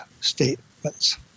statements